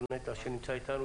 יו"ר נת"ע שנמצא אתנו,